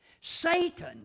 Satan